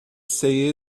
say